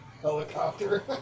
helicopter